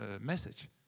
message